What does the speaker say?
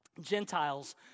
Gentiles